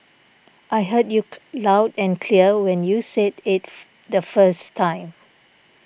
I heard you cloud and clear when you said it the first time